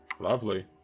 lovely